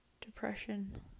depression